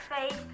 face